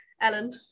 Ellen